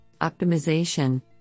optimization